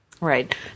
Right